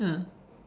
ah